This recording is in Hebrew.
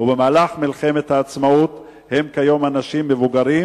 ובמהלך מלחמת העצמאות הם כיום אנשים מבוגרים,